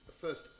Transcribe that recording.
first